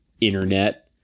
internet